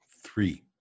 Three